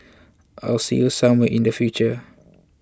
I'll see you somewhere in the future